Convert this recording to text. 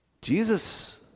Jesus